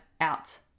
out